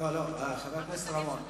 חבר הכנסת רמון,